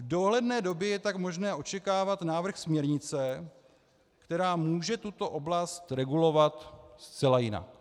V dohledné době je tak možné očekávat návrh směrnice, která může tuto oblast regulovat zcela jinak.